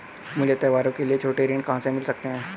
मुझे त्योहारों के लिए छोटे ऋण कहां से मिल सकते हैं?